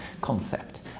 concept